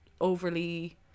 overly